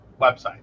website